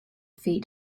feet